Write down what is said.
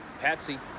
Patsy